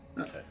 Okay